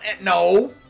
No